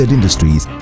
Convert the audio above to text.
Industries